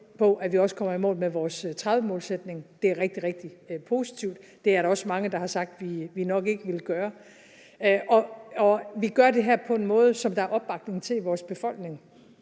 at vi også kommer i mål med vores 2030-målsætning. Det er rigtig, rigtig positivt, og det er der også mange der har sagt vi nok ikke ville gøre. Vi gør det her på en måde, som der er opbakning til i vores befolkning,